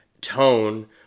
tone